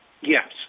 Yes